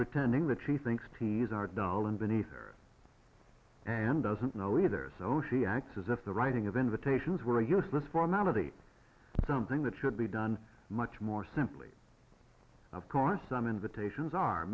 pretending that she thinks ts are dahlan beneath her and doesn't know either so she acts as if the writing of invitations were useless formality something that should be done much more simply of course some invitations are